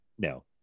no